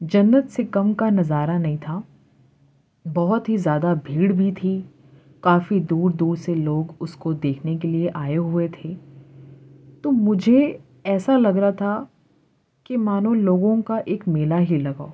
جنت سے کم کا نظارہ نہیں تھا بہت ہی زیادہ بھیڑ بھی تھی کافی دور دور سے لوگ اس کو دیکھنے کے لیے آئے ہوئے تھے تو مجھے ایسا لگ رہا تھا کہ مانو لوگوں کا ایک میلہ ہی لگا ہو